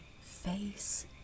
face